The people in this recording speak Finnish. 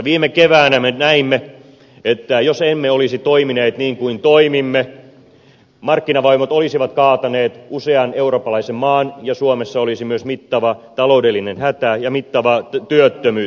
viime keväänä me näimme että jos emme olisi toimineet niin kuin toimimme markkinavoimat olisivat kaataneet usean eurooppalaisen maan ja suomessa olisi myös mittava taloudellinen hätä ja mittava työttömyys